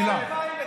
דימונה מקום טוב.